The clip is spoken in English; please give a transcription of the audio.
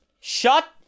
shut